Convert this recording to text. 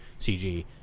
CG